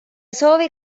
soovi